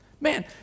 Man